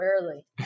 early